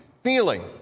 feeling